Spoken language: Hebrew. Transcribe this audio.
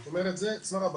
זאת אומרת, זה צוואר הבקבוק